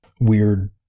weird